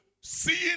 seeing